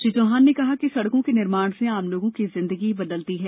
श्री चौहान ने कहा कि सड़कों के निर्माण से आम लोगों की जिन्दगी बदलती है